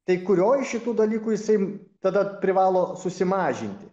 tai kurio iš šitų dalykų jisai tada privalo susimažinti